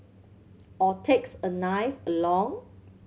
or takes a knife along